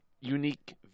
unique